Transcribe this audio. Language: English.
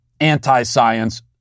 anti-science